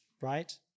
right